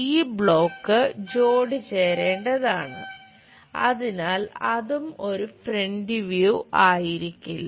ഈ ബ്ലോക്ക് ആയിരിക്കില്ല